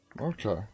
Okay